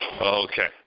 Okay